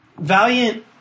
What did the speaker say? Valiant